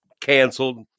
canceled